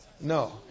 No